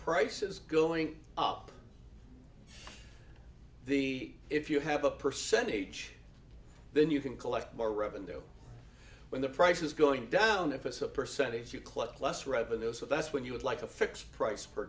prices going up the if you have a percentage then you can collect more revenue when the price is going down if it's a percentage you collect less revenue so that's when you would like to fix price per